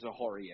Zahorian